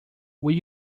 will